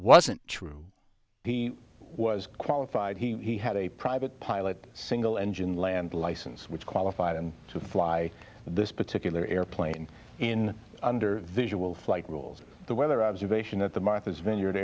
wasn't true he was qualified he had a private pilot single engine land license which qualified and to fly this particular airplane in under visual flight rules the weather observation at the martha's vineyard